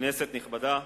כנסת נכבדה,